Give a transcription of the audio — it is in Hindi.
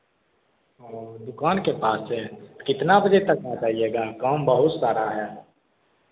दुकान के पास है कितना बजे तक आ जाइएगा काम बहुत सारा है